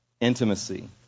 Intimacy